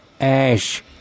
ash